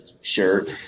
shirt